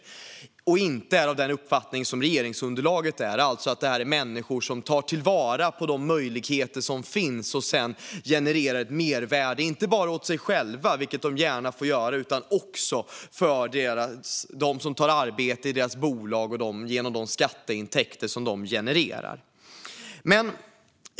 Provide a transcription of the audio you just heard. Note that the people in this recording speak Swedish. Man är inte av den uppfattning regeringsunderlaget är: att detta är människor som tar vara på de möjligheter som finns och sedan genererar ett mervärde inte bara åt sig själva, vilket de gärna får göra, utan också åt dem som tar arbete i deras bolag och genom de skatteintäkter de genererar.